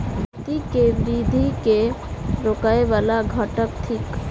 खेती केँ वृद्धि केँ रोकय वला घटक थिक?